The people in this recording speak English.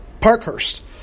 Parkhurst